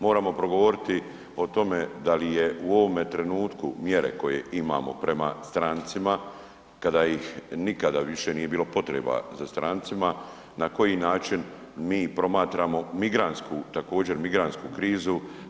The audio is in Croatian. Moramo progovoriti o tome da li je u ovome trenutku mjere koje imamo prema strancima, kada ih nikada više nije bilo potreba za strancima, na koji način mi promatramo migrantsku, također, migrantsku krizu.